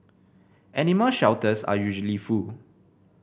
animal shelters are usually full